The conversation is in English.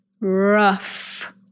Rough